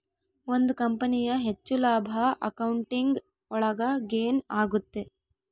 ಒಂದ್ ಕಂಪನಿಯ ಹೆಚ್ಚು ಲಾಭ ಅಕೌಂಟಿಂಗ್ ಒಳಗ ಗೇನ್ ಆಗುತ್ತೆ